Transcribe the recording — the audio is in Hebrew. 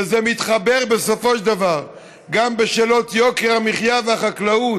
וזה מתחבר בסופו של דבר גם לשאלות יוקר המחיה והחקלאות.